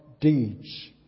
deeds